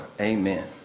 Amen